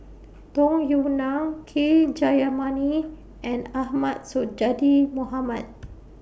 Tung Yue Nang K Jayamani and Ahmad Sonhadji Mohamad